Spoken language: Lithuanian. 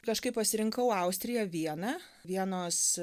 kažkaip pasirinkau austriją vieną vienos